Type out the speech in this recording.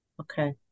Okay